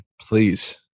please